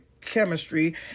chemistry